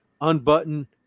unbutton